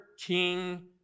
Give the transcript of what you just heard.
king